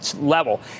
level